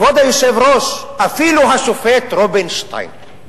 כבוד היושב-ראש, אפילו השופט רובינשטיין,